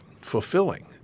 fulfilling